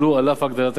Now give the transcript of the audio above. על אף הגדלת הגבייה.